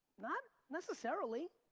not necessarily,